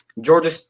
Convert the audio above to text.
Georgia